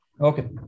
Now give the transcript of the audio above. Okay